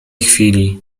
chwili